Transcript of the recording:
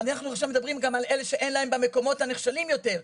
אבל אנחנו עכשיו מדברים גם על אלה שאין להם במקומות הנחשלים יותר.